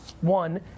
One